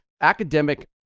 Academic